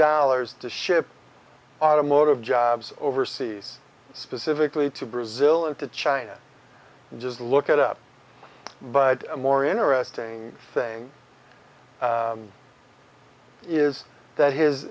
dollars to ship automotive jobs overseas specifically to brazil and to china and just look at up but a more interesting thing is that his